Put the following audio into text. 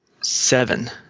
Seven